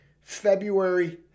February